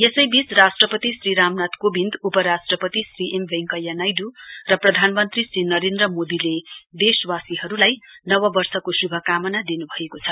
यसै बीच राष्ट्रपति श्री रामनाथ कोविन्द उपराष्ट्रपति श्री एम वैंकया नाइडू र प्रधानमन्त्री नरेन्द्र मोदीले देशवासीहरूलाई नववर्षको शुभकामना दिनु भएको छ